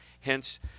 Hence